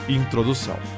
introdução